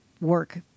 work